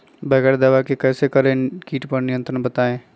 बगैर दवा के कैसे करें कीट पर नियंत्रण बताइए?